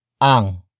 ang